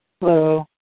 Hello